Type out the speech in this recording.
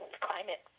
climate